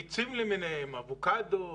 עצים למיניהם: אבוקדו,